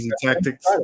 tactics